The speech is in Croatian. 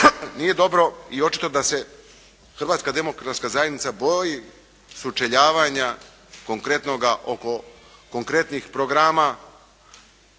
nije dobro i očito da se Hrvatska demokratska zajednica boji sučeljavanja konkretnoga oko konkretnih programa,